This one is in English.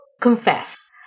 confess